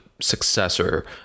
successor